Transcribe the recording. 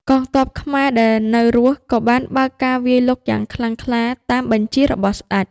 កងទ័ពខ្មែរដែលនៅរស់ ក៏បានបើកការវាយលុកយ៉ាងខ្លាំងក្លាតាមបញ្ជារបស់ស្ដេច។